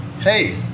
Hey